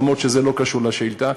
אף-על-פי שזה לא קשור לשאילתה,